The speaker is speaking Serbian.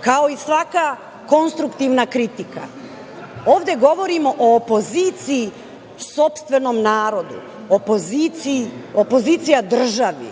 kao i svaka konstruktivna kritika? Ovde govorimo o opoziciji sopstvenom narodu, opozicija državi,